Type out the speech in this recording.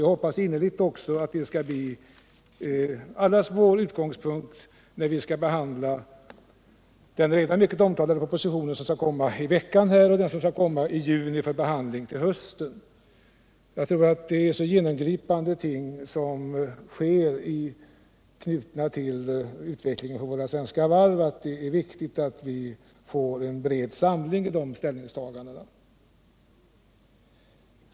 Jag hoppas också innerligt att det skall bli allas vår utgångspunkt vid behandlingen av den redan mycket omtalade proposition som kommer i veckan och av den som skall komma i juni för behandling till hösten. Förändringarna i utvecklingen vid våra svenska varv är genomgripande, och det är viktigt att vi får en bred samling kring dessa ställningstaganden.